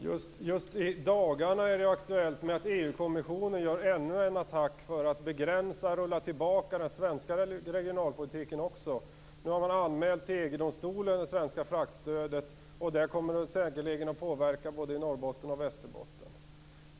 Herr talman! Just i dagarna är det aktuellt med att EU-kommissionen gör ännu en attack för att begränsa och rulla tillbaka den svenska regionalpolitiken. Man har anmält till EU-domstolen det svenska fraktstödet. Det kommer säkerligen att påverka både Norrbotten och Västerbotten.